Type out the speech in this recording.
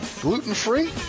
Gluten-free